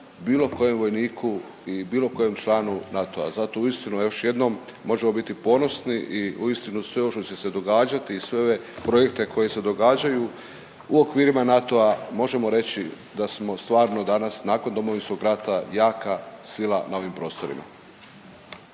bilo kojem vojniku i bilo kojem članu NATO-a. Zato uistinu još jednom možemo biti ponosni i uistinu sve ovo što će se događati i sve ove projekte koji se događaju u okvirima NATO-a možemo reći da smo stvarno danas nakon Domovinskog rata jaka sila na ovim prostorima.